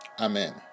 Amen